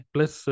Plus